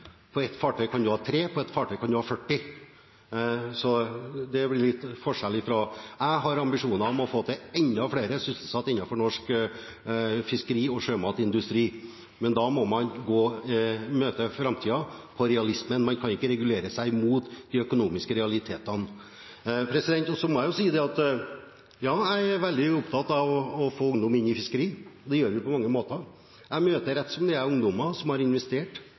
forskjell. Jeg har ambisjoner om å få enda flere sysselsatte innenfor norsk fiskeri, sjømat og industri, men da må man møte framtiden med realisme. Man kan ikke regulere seg mot de økonomiske realitetene. Jeg må si at ja, jeg er veldig opptatt av å få ungdom inn i fiskeri. Det gjør vi på mange måter. Jeg møter rett som det er ungdommer som har investert